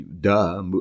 Duh